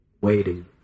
waiting